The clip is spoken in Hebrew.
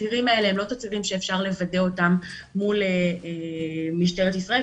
התצהירים האלה הם לא תצהירים שאפשר לוודא אותם מול משטרת ישראל,